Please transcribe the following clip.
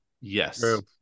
Yes